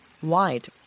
White